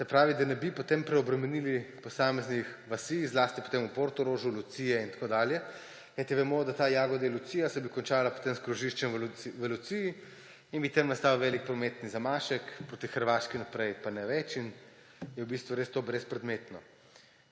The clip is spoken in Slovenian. oba kraka, da ne bi potem preobremenili posameznih vasi, zlasti potem v Portorožu, Luciji in tako dalje. Vemo, da ta trasa Jagodje–Lucija bi se končala potem s krožiščem v Luciji in bi tam nastal velik prometni zamašek proti Hrvaški, naprej pa ne več; in je v bistvu res to brezpredmetno.